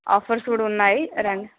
offers కూడా ఉన్నాయి రండి